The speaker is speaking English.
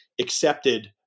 accepted